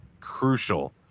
crucial